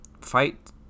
fight